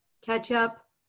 ketchup